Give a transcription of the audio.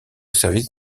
service